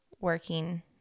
working